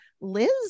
Liz